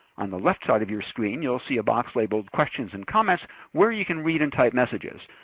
on the left side of your screen, you'll see box labeled questions and comments where you can read and type messages.